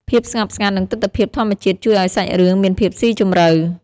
ភាពស្ងប់ស្ងាត់និងទិដ្ឋភាពធម្មជាតិជួយឲ្យសាច់រឿងមានភាពស៊ីជម្រៅ។